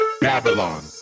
Babylon